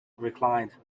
reclined